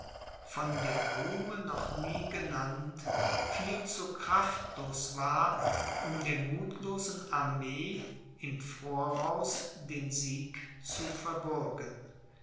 von dem ruhme noch nie genannt viel zu kraftlos war um der muthlosen armee im voraus den sieg zu verbürgen